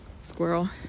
squirrel